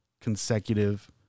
consecutive